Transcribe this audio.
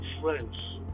friends